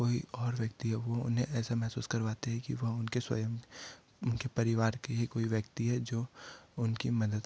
कोई और व्यक्ति है वो उन्हें ऐसा महसूस करवाते हैं कि वह उनके स्वयं उनके परिवार के ही कोई व्यक्ति है जो उनकी मदद